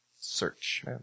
Search